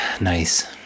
nice